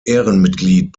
ehrenmitglied